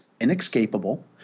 inescapable